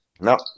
No